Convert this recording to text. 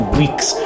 weeks